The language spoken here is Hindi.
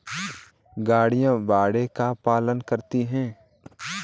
गड़ेरिया भेड़ का पालन करता है